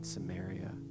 Samaria